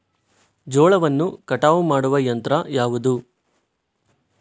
ಜೋಳವನ್ನು ಕಟಾವು ಮಾಡುವ ಯಂತ್ರ ಯಾವುದು?